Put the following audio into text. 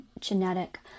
genetic